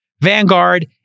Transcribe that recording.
Vanguard